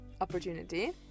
opportunity